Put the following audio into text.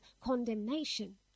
condemnation